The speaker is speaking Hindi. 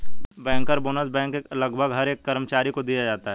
बैंकर बोनस बैंक के लगभग हर एक कर्मचारी को दिया जाता है